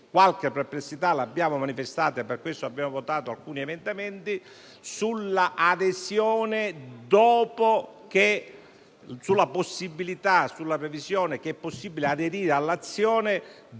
qualche perplessità abbiamo manifestato - e per questo abbiamo votato alcuni emendamenti - sulla previsione che è possibile aderire all'azione